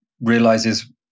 realizes